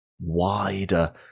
wider